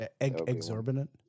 Exorbitant